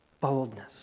boldness